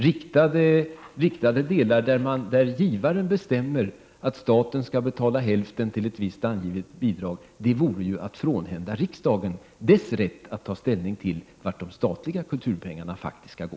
Riktade delar där givaren bestämmer att staten skall betala hälften till ett visst angivet bidrag vore att frånhända riksdagen dess rätt att ta ställning till vart de statliga kulturpengarna faktiskt skall gå.